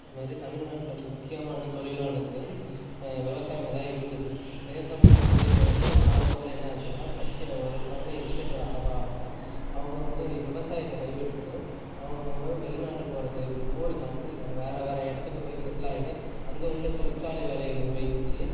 இது மாரி தமில்நாட்டில முக்கியமான தொழில்லாம் நடக்குது விவசாயமாக தான் இருந்துது விவசாயமாக இருந்துது இப்போ வந்து நாளப்போக்கில் என்ன ஆச்சுன்னா படிக்க ஒரு ஒருத்தவங்களும் எஜுகேட்டட் ஆவ ஆவ அவங்கவுங்க விவசாயத்தை கை விட்டுவிட்டு அவங்கவுங்க வெளிநாட்டு போகறது ஒவ்வொரு கன்ட்ரியில வேறு வேறு இடத்துக்கு போய் செட்டில் ஆயிட்டு அங்கே உள்ள தொழில்சாலை வேலைகளை செஞ்சு